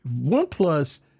OnePlus